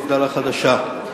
מפד"ל החדשה: